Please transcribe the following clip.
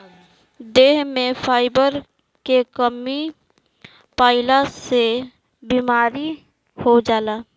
देह में फाइबर के कमी भइला से बीमारी हो जाला